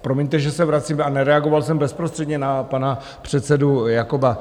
Promiňte, že se vracím a nereagoval jsem bezprostředně na pana předsedu Jakoba.